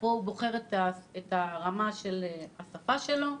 איפה הוא בוחר את רמת השפה שלו.